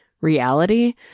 reality